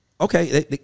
Okay